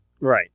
Right